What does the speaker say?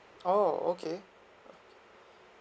oh okay